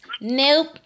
nope